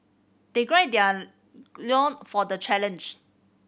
they gird their loin for the challenge